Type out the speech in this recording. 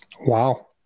Wow